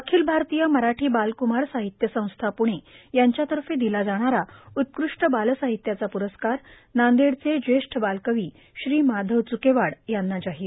अखिल भारतीय मराठी बालकुमार साहित्य संस्था पुणे यांच्यातर्फे दिला जाणारा उत्कृष्ट बालसाहित्याचा प्रस्कार नांदेडचे ज्येष्ठ बालकवी श्री माधव चुकेवाड यांना जाहीर